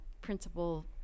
principal